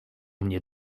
mnie